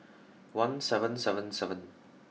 one seven seven seven